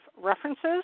references